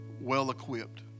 well-equipped